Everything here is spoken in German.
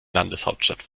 landeshauptstadt